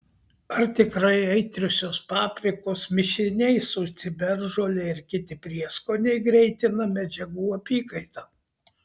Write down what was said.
ar tikrai aitriosios paprikos mišiniai su ciberžole ir kiti prieskoniai greitina medžiagų apykaitą